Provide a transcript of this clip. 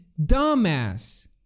dumbass